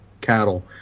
Cattle